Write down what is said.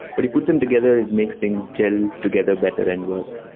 but you put them together it makes things gel together better and work.